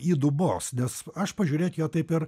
įdubos nes aš pažiūrėt jo taip ir